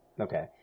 okay